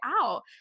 out